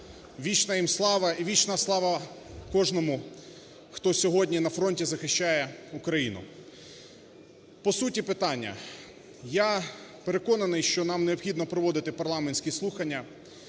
вічна їм слава! І вічна слава кожному, хто сьогодні на фронті захищає Україну! По суті питання, я переконаний, що нам необхідно проводити парламентські слухання.